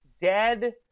dead